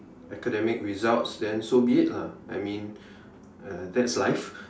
academic results then so be it lah I mean uh that's life